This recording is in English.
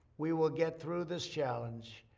we will get through this challenge,